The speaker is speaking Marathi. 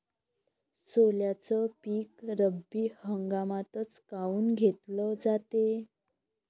सोल्याचं पीक रब्बी हंगामातच काऊन घेतलं जाते?